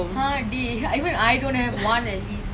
!huh! dey even I don't have one at least